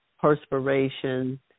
perspiration